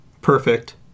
Perfect